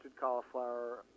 cauliflower